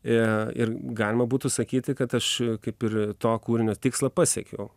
e ir galima būtų sakyti kad aš kaip ir to kūrinio tikslą pasiekiau